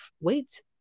wait